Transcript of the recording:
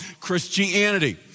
Christianity